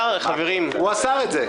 הוא אסר את זה.